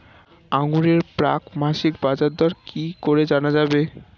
আঙ্গুরের প্রাক মাসিক বাজারদর কি করে জানা যাবে?